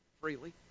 freely